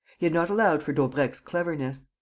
he had not allowed for daubrecq's cleverness.